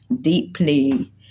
deeply